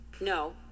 No